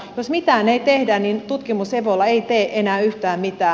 jos mitään ei tehdä niin tutkimus evolla ei tee enää yhtään mitään